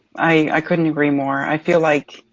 i couldn't agree more. i feel like,